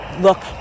look